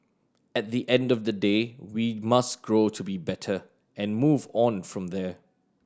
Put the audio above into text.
at the end of the day we must grow to be better and move on from there